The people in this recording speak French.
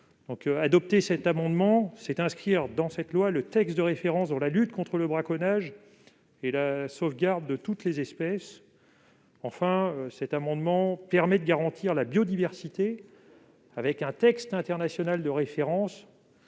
Adopter cet amendement permettrait d'inscrire dans cette loi le texte de référence dans la lutte contre le braconnage et pour la sauvegarde de toutes les espèces. Enfin, cet amendement permet de garantir la biodiversité en renvoyant à un texte international de référence